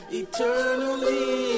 eternally